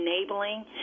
enabling